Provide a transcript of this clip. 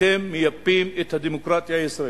אתם מייפים את הדמוקרטיה הישראלית,